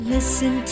Listen